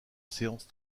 séance